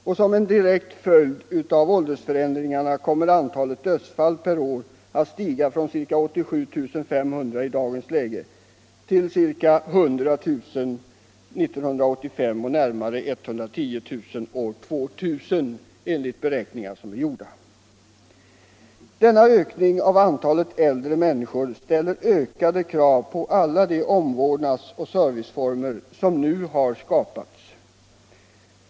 Och som en direkt följd av åldersförändringarna kommer antalet dödsfall per år att stiga från ca 87 500 i dagens läge till ca 100 000 år 1985 och närmare 110 000 år 2000, enligt beräkningar som är gjorda. Denna ökning av antalet äldre människor ställer ökade krav på alla de omvårdnadsoch serviceformer som nu har skapats.